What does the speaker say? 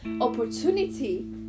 opportunity